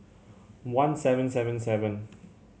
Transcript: one seven seven seven